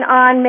on